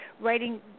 writing